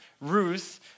Ruth